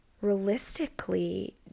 realistically